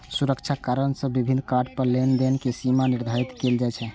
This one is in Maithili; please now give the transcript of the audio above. सुरक्षा कारण सं विभिन्न कार्ड पर लेनदेन के सीमा निर्धारित कैल जाइ छै